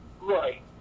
Right